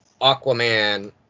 Aquaman